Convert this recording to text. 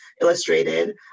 illustrated